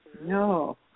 No